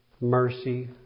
mercy